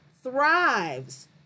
thrives